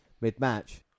mid-match